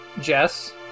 Jess